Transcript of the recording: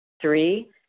Three